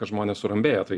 kad žmonės surambėja tai